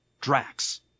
Drax